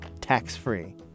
tax-free